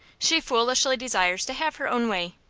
she foolishly desires to have her own way.